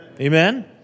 Amen